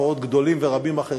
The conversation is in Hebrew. ועוד רבים וגדולים אחרים,